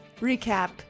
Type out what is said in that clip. recap